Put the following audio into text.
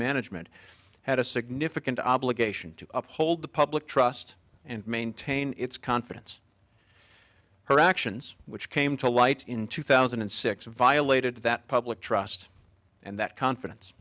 management had a significant obligation to uphold the public trust and maintain its confidence her actions which came to light in two thousand and six violated that public trust and that confidence